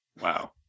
wow